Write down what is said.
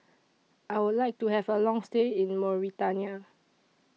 I Would like to Have A Long stay in Mauritania